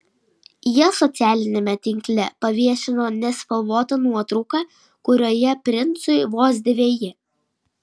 jie socialiniame tinkle paviešino nespalvotą nuotrauką kurioje princui vos dveji